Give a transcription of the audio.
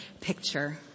picture